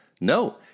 No